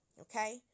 Okay